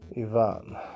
ivan